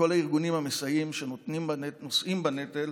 לכל הארגונים המסייעים, שנושאים בנטל